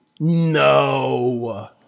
no